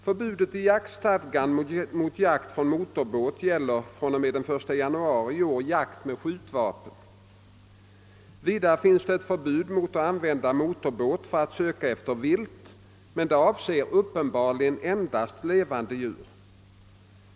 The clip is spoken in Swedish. Förbudet i jaktstadgan mot jakt från motorbåt gäller fr.o.m. den 1 jaunari i år jakt med skjutvapen. Vidare finns det ett förbud mot att använda motorbåt för att söka efter vilt, men det avser uppenbarligen endast levande djur.